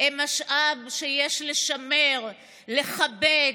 הם משאב שיש לשמר, לכבד,